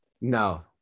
no